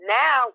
now